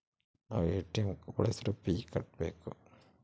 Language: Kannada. ನಾವ್ ಎ.ಟಿ.ಎಂ ಬಳ್ಸಿದ್ರು ಫೀ ಕಟ್ಬೇಕು